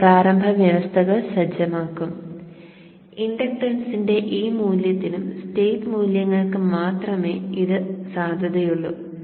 ഇത് പ്രാരംഭ വ്യവസ്ഥകൾ സജ്ജമാക്കും ഇൻഡക്റ്റൻസിന്റെ ഈ മൂല്യത്തിനും സ്റ്റേറ്റ് മൂല്യങ്ങൾക്കും മാത്രമേ ഇത് സാധുതയുള്ളൂ